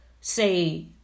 say